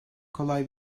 kolay